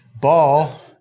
Ball